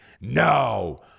no